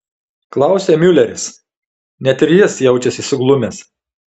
klausia miuleris net ir jis jaučiasi suglumęs